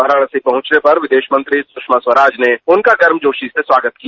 वाराणसी पहुंचने पर विदेश मंत्री सुषमा स्वराज ने उनका गर्मजोशी से स्वागत किया